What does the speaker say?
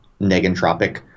negentropic